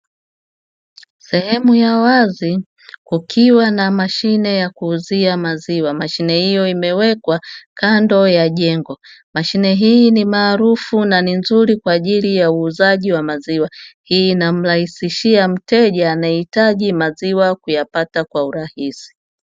Sehemu ya wazi kukiwa na mashine ya kuuzia maziwa, maziwa hiyo imewekwa kando ya jengo mashine hii ni maarufu na ni nzuri kwa ajili ya uuzaji wa maziwa; hii inamrahisishia mteja anayehitaji maziwa kuyapata kwa urahisi.